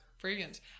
brilliant